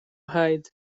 hide